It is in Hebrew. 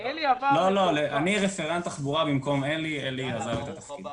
אני רפרנט תחבורה במקום אלי, אלי עזב את התפקיד.